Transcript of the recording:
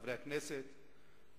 חברי הכנסת,